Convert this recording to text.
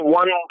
one